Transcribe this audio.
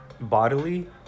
bodily